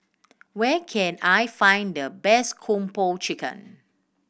where can I find the best Kung Po Chicken